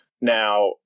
Now